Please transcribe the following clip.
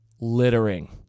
littering